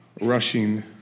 rushing